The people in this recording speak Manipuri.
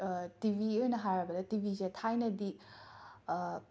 ꯇꯤꯕꯤ ꯑꯣꯏꯅ ꯍꯥꯏꯔꯕꯗ ꯇꯤꯕꯤꯖꯦ ꯊꯥꯏꯅꯗꯤ